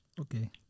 Okay